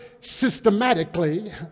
systematically